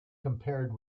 compared